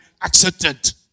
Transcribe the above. accident